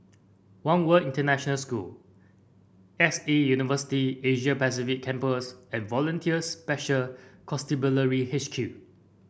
One World International School X A University Asia Pacific Campus and Volunteer Special Constabulary H Q